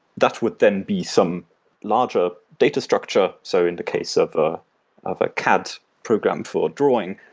that would then be some larger data structure. so in the case of ah of a cad program for drawing,